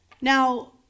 Now